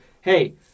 hey